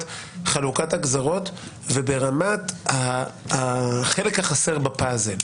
חלוקת הגזרות וברמת החלק החסר בפאזל.